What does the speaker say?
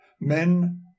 men